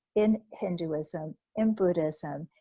in hinduism, in buddhism,